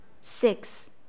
Six